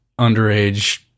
underage